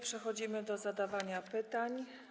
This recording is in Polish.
Przechodzimy do zadawania pytań.